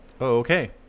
Okay